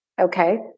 okay